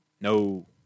no